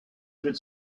could